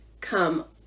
come